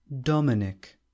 Dominic